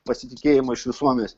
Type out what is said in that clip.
pasitikėjimo iš visuomenės